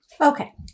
Okay